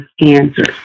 answers